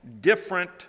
different